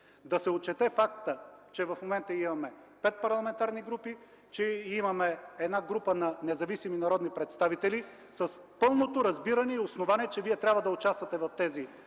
Да се отчете фактът, че в момента имаме пет парламентарни групи, че имаме една група на независими народни представители с пълното разбиране и основание, че вие трябва да участвате в тези